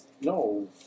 No